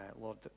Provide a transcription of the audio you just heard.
Lord